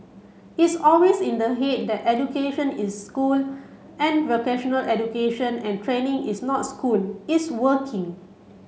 it's always in the head that education is school and vocational education and training is not school it's working